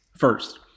First